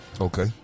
Okay